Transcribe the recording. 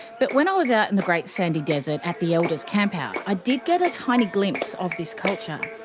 but when i was out in the great sandy desert at the elders camp-out, i did get a tiny glimpse of this culture.